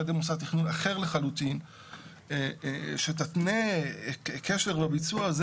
ידי מוסד תכנון אחר לחלוטין שתתנה קשר לביצוע?